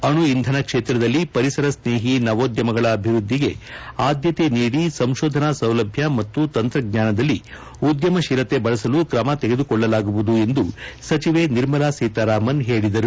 ಅಣು ಇಂಧನ ಕ್ಷೇತ್ರದಲ್ಲಿ ಪರಿಸರ ಸ್ನೇಹಿ ನವೋದ್ಯಮಗಳ ಅಭಿವೃದ್ದಿಗೆ ಆದ್ದತೆ ನೀಡಿ ಸಂಶೋಧನಾ ಸೌಲಭ್ಯ ಮತ್ತು ತಂತ್ರಜ್ಞಾನದಲ್ಲಿ ಉದ್ದಮ ಶೀಲತೆ ಬಳಸಲು ಕ್ರಮ ತೆಗೆದುಕೊಳ್ಳಲಾಗುವುದು ಎಂದು ಸಚಿವೆ ನಿರ್ಮಲಾ ಸೀತಾರಾಮನ್ ಹೇಳಿದರು